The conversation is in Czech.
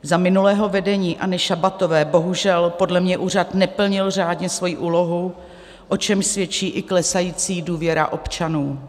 Za minulého vedení Anny Šabatové bohužel podle mě úřad neplnil řádně svoji úlohu, o čemž svědčí i klesající důvěra občanů.